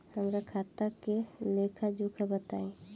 हमरा खाता के लेखा जोखा बताई?